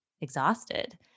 exhausted